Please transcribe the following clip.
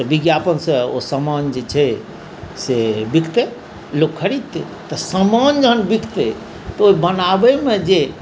तऽ विज्ञापनसँ ओ समान जे छै से बिकतै लोक खरीदतै तऽ समान जहन बिकतै तऽ ओ बनाबैमे जे